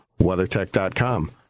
weathertech.com